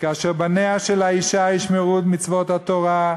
כאשר בניה של האישה ישמרו את מצוות התורה,